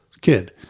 kid